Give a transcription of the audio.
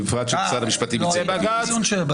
בפרט שמשרד המשפטים ייצג --- ברור.